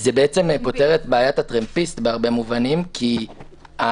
זה בעצם פותר את בעיית הטרמפיסט בהרבה מובנים כי הרוב,